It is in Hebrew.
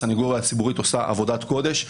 הסנגוריה הציבורית עושה עבודת קודש.